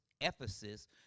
Ephesus